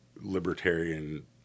libertarian